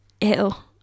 ill